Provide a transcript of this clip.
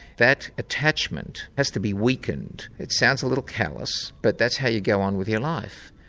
that attachment has to be weakened. it sounds a little callous, but that's how you go on with your life.